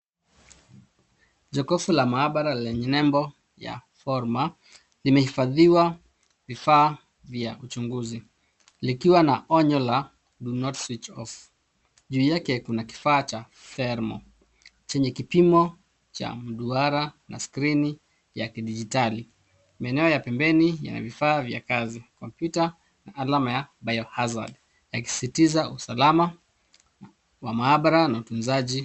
Jokofu la maabara lenye nembo ya forma limehifadhiwa vifaa vya uchunguzi likiwa na onyo la do not switch off . Juu yake kuna kifaa cha fermo chenye kipimo mduruara na skrini ya kidijitali. Maeneo ya pembeni yana vifaa vya kazi. Kompyuta alama ya biohazard yakisisitiza usalama wa maabara na utunzaji.